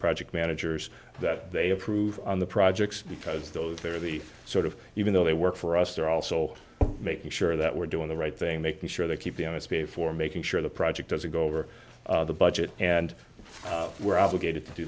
project managers that they approve on the projects because those are the sort of even though they work for us they're also making sure that we're doing the right thing making sure they keep the honest pay for making sure the project doesn't go over the budget and we're obligated to do